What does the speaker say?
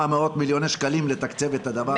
מאות מיליוני שקלים לתקצב את הדבר הזה.